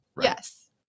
Yes